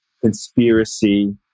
conspiracy